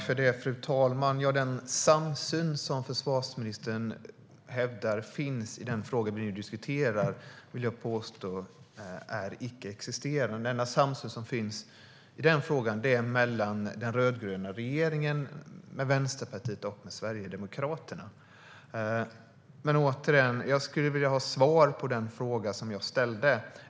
Fru talman! Den samsyn som försvarsministern hävdar finns i den fråga vi nu diskuterar är, vill jag påstå, icke existerande. Den enda samsyn som finns i den frågan är mellan den rödgröna regeringen, Vänsterpartiet och Sverigedemokraterna. Jag skulle vilja ha svar på den fråga jag ställde.